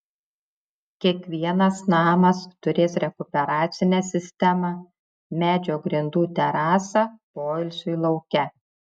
kiekvienas namas turės rekuperacinę sistemą medžio grindų terasą poilsiui lauke